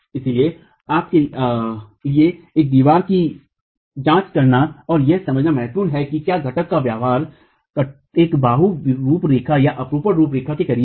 इसलिए आपके लिए एक दीवार की जांच करना और यह समझना महत्वपूर्ण है कि क्या घाट का व्यवहार एक बाहू रूपरेखा या अपरूपण रूपरेखा के करीब है